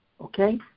Okay